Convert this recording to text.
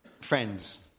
Friends